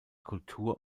kultur